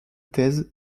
thèse